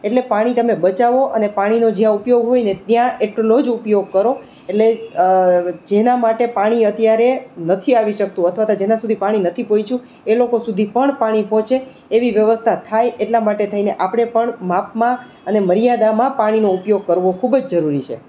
એટલે પાણી તમે બચાવો અને પાણીનો જ્યાં ઉપયોગ કરવો હોયને ત્યાં એટલો જ ઉપયોગ કરો એટલે જેના માટે પાણી અત્યારે નથી આવી શકતું અથવા તો જેના સુધી પાણી નથી પહોંચ્યું એ લોકો સુધી પણ પાણી પહોંચે એવી વ્યવસ્થા થાય એટલા માટે થઈને આપણે પણ માપમાં અને મર્યાદામાં પાણીનો ઉપયોગ કરવો ખૂબ જ જરૂરી છે